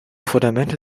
fundamente